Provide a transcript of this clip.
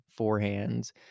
forehands